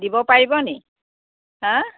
দিব পাৰিব নি হা